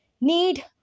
need